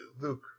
Luke